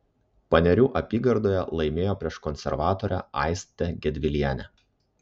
panerių apygardoje laimėjo prieš konservatorę aistę gedvilienę